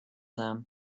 him